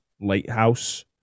lighthouse